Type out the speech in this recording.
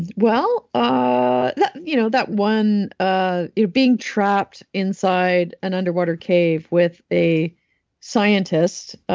and well, ah that you know that one, ah being trapped inside an underwater cave with a scientist,